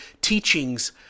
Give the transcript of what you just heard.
teachings